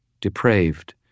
depraved